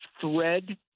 thread